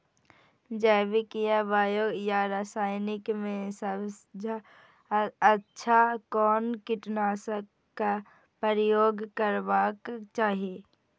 जैविक या बायो या रासायनिक में सबसँ अच्छा कोन कीटनाशक क प्रयोग करबाक चाही?